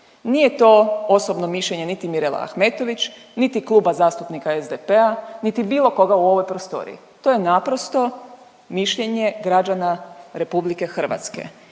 Nije to osobni mišljenje niti Mirele Ahmetović, niti Kluba zastupnika SDP-a, niti bilo koga u ovoj prostoriji. To je naprosto mišljenje građane RH i ne